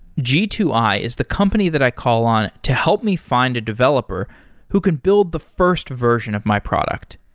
g two i is the company that i call on to help me find a developer who can build the first version of my product.